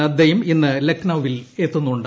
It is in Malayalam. നദ്ദയും ഇന്ന് ലക്നൌവിൽ എത്തുന്നുണ്ട്